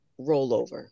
rollover